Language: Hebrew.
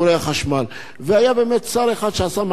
והיה באמת שר אחד שעשה מעשה אמיץ פעם,